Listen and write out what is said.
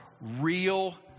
real